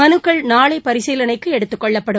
மனுக்கள் நாளை பரிசீலனைக்கு எடுத்துக் கொள்ளப்படும்